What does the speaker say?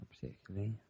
Particularly